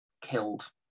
killed